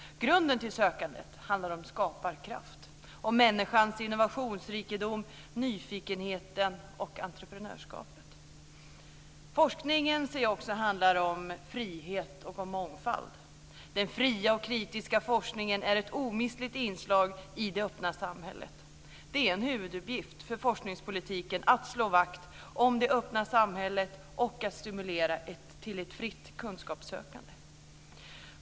Grunden till sökandet handlar om skaparkraft, om människans innovationsrikedom, nyfikenhet och entreprenörskap. Forskning handlar också om frihet och mångfald. Den fria och kritiska forskningen är ett omistligt inslag i det öppna samhället. Det är en huvuduppgift för forskningspolitiken att slå vakt om det öppna samhället och att stimulera till ett fritt kunskapssökande.